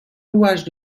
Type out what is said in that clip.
rouages